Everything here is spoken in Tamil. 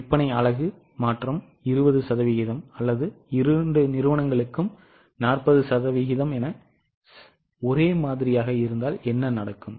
விற்பனை அலகு மாற்றம் 20 சதவீதம் அல்லது இரு நிறுவனங்களுக்கும் 40 என சதவீதம் ஒரே மாதிரியாக இருந்தால் என்ன நடக்கும்